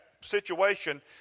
situation